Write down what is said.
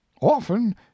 Often